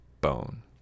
Bone